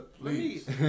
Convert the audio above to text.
Please